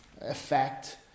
effect